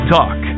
Talk